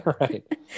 Right